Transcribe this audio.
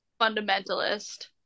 fundamentalist